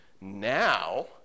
now